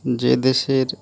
যে দেশের